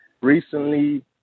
recently